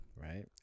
Right